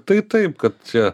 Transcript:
tai taip kad čia